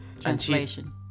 Translation